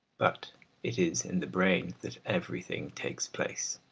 but it is in the brain that everything takes place.